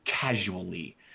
Casually